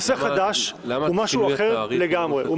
נושא חדש הוא משהו אחר לגמרי,